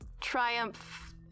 Triumph